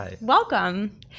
Welcome